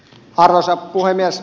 arvoisa puhemies